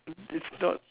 it's not